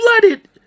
blooded